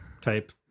type